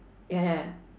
ya ya